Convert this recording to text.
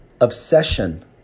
obsession